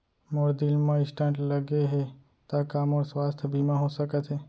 मोर दिल मा स्टन्ट लगे हे ता का मोर स्वास्थ बीमा हो सकत हे?